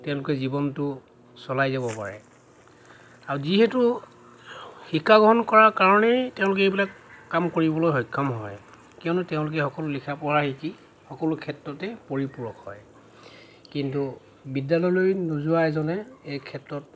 তেওঁলোকে জীৱনটো চলাই যাব পাৰে আৰু যিহেতু শিক্ষা গ্ৰহণ কৰা কাৰণেই তেওঁলোকে এইবিলাক কাম কৰিবলৈ সক্ষম হৈ কিয়নো তেওঁলোকে সকলো লিখা পঢ়া শিকি সকলো ক্ষেত্ৰতে পৰিপূৰক হয় কিন্তু বিদ্যালয়লৈ নোযোৱা এজনে এই ক্ষেত্ৰত